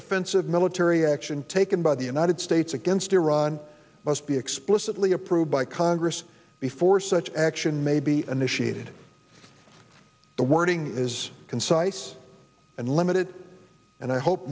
offensive military action taken by the united states against iran must be explicitly approved by congress before such action may be initiated the wording is concise and limited and i hope